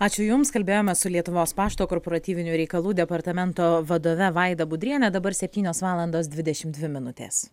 ačiū jums kalbėjome su lietuvos pašto korporatyvinių reikalų departamento vadove vaida budriene dabar septynios valandos dvidešimt dvi minutės